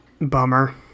Bummer